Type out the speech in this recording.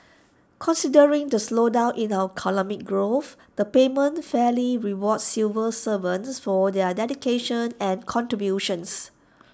considering the slowdown in our economic growth the payment fairly rewards civil servants for their dedication and contributions